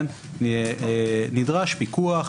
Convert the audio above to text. נדרש פיקוח,